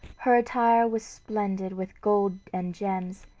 her attire was splendid with gold and gems,